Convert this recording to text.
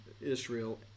Israel